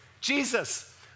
Jesus